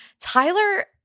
Tyler